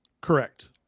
correct